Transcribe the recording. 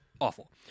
awful